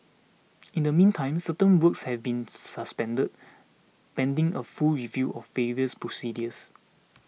in the meantime certain works have been suspended pending a full review of various procedures